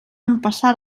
empassar